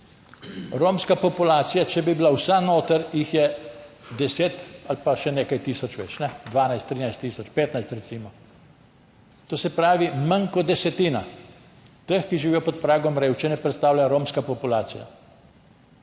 Romska populacija, če bi bila vsa notri, jih je deset ali pa še nekaj tisoč več, 12 tisoč, 13 tisoč, 15 tisoč, recimo. To se pravi, manj kot desetino teh, ki živijo pod pragom revščine, predstavlja romska populacija.